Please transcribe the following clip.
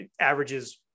averages